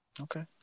Okay